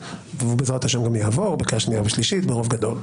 ובעזרת השם הוא יעבור בקריאה שנייה ושלישית ברוב גדול.